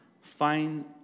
find